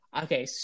Okay